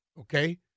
okay